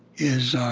is